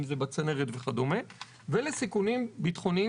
אם זה בצנרת וכדומה ואלה סיכונים ביטחוניים